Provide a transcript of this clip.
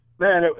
Man